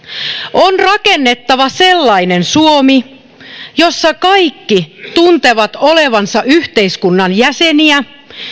on rakennettava sellainen suomi jossa kaikki tuntevat olevansa yhteiskunnan jäseniä